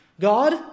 God